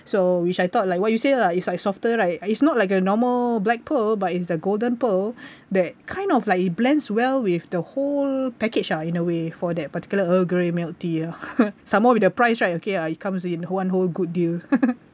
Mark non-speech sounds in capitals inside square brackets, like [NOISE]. so which I thought like what you say lah it's like softer right it's not like a normal black pearl but it's the golden pearl [BREATH] that kind of like it blends well with the whole package ah in a way for that particular earl grey milk tea ah [LAUGHS] some more with the price right okay ah it comes in one whole good deal [LAUGHS]